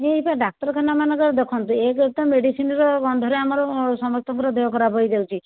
ଏଇଟା ଡାକ୍ତରଖାନାମାନଙ୍କରେ ଦେଖନ୍ତୁ ଏକେରେ ତ ମେଡ଼ିସିନ୍ର ଗନ୍ଧରେ ଆମର ସମସ୍ତଙ୍କର ଦେହ ଖରାପ ହେଇଯାଉଛି